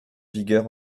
vigueur